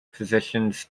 positions